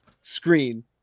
Screen